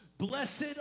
Blessed